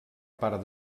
part